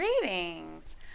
greetings